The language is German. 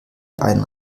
einen